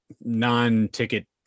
non-ticket